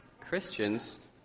Christians